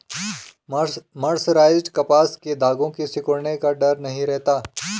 mercerised कपास के धागों के सिकुड़ने का डर नहीं रहता